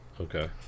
Okay